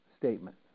statement